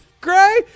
gray